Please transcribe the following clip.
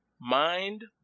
Mind